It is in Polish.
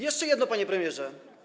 Jeszcze jedno, panie premierze.